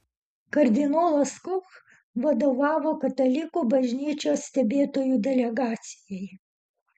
kardinolas koch vadovavo katalikų bažnyčios stebėtojų delegacijai